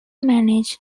managed